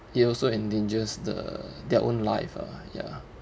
it also endangers the their own life ah ya